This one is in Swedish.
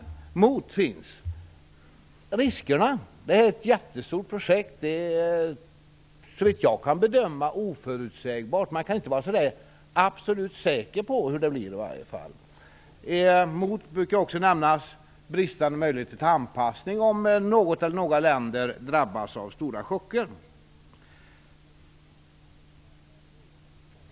Argument mot EMU är: - Riskerna. Det är ett jättestort projekt. Det är såvitt jag kan bedöma oförutsägbart. Man kan i varje fall inte vara så där absolut säker på hur det blir. Bland argumenten mot EMU brukar också nämnas bristande möjligheter till anpassning om något eller några länder drabbas av stora chocker.